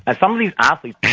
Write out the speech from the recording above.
and some of these athletes